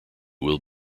will